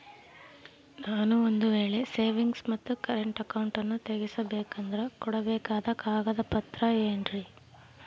ನಾನು ಒಂದು ವೇಳೆ ಸೇವಿಂಗ್ಸ್ ಮತ್ತ ಕರೆಂಟ್ ಅಕೌಂಟನ್ನ ತೆಗಿಸಬೇಕಂದರ ಕೊಡಬೇಕಾದ ಕಾಗದ ಪತ್ರ ಏನ್ರಿ?